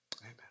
Amen